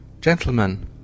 Gentlemen